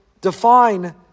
define